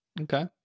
Okay